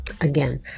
Again